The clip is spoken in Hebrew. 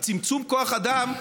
צמצום כוח האדם,